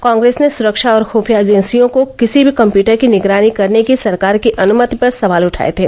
कांग्रेस ने सुरक्षा और खुफिया एजेंसियों को किसी भी कम्प्यूटर की निगरानी करने की सरकार की अनुमति पर सवाल उठाये थे